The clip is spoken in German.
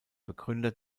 begründer